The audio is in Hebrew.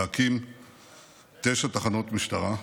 להקים תשע תחנות משטרה,